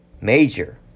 major